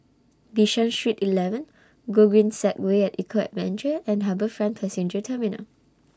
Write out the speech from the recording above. Bishan Street eleven Gogreen Segway At Eco Adventure and HarbourFront Passenger Terminal